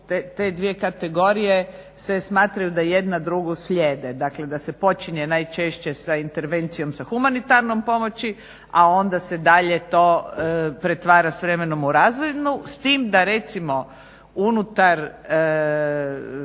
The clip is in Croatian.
te dvije kategorije se smatraju da jedna drugu slijede, dakle da se počinje najčešće sa intervencijom sa humanitarnom pomoći, a onda se dalje to pretvara s vremenom u razvojnu s tim da recimo unutar